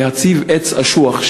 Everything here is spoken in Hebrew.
להציב עץ אשוח,